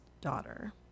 daughter